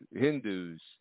Hindus